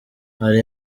hari